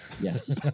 Yes